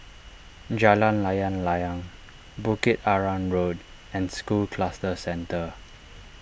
Jalan Layang Layang Bukit Arang Road and School Cluster Centre